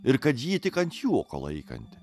ir kad ji tik ant juoko laikanti